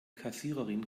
kassiererin